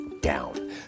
down